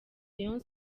rayon